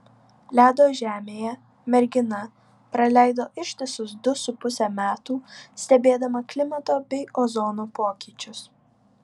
ledo žemėje mergina praleido ištisus du su puse metų stebėdama klimato bei ozono pokyčius